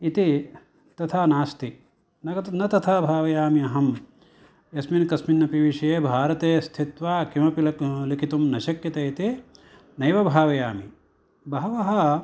इति तथा नास्ति न तथा भावयामि अहम् यस्मिन् कस्मिन्नपि विषये भारते स्थित्वा किमपि लिखितुं न शक्यते इति नैव भावयामि बहवः